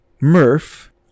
Murph